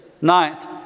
Ninth